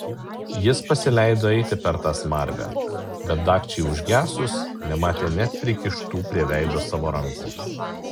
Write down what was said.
jis pasileido eiti per tą smarvę bet dagčiai užgesus nematė net prikištų prie veido savo rankų